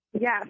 Yes